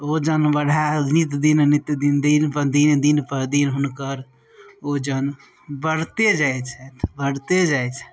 वजन बढाय नित्यदिन नित्यदिन दिनपर दिन दिनपर दिन हुनकर वजन बढिते जाइ छथि बढिते जाइ छथि